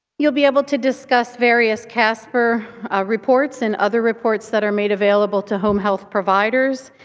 you'll be able to discuss various casper reports and other reports that are made available to home health providers.